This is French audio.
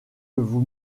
vous